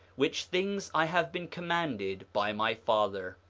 which things i have been commanded by my father.